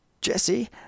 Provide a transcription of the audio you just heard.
Jesse